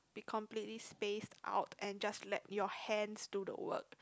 be completely spaced out and just let your hands do the work